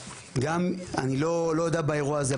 אני לא יודע באירוע הזה,